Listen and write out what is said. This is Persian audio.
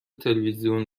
تلویزیون